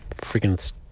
freaking